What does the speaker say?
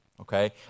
Okay